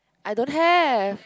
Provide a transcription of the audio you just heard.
I don't have